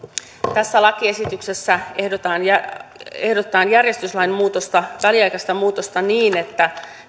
tässä lakiesityksessä ehdotetaan järjestyslain väliaikaista muutosta niin että